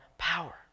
Power